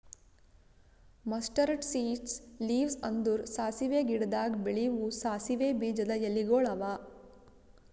mustard seeds leaves ಅಂದುರ್ ಸಾಸಿವೆ ಗಿಡದಾಗ್ ಬೆಳೆವು ಸಾಸಿವೆ ಬೀಜದ ಎಲಿಗೊಳ್ ಅವಾ